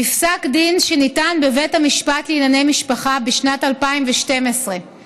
בפסק דין שניתן בבית המשפט לענייני משפחה בשנת 2012 נקבע